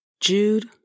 Jude